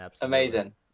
amazing